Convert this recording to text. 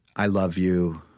i love you,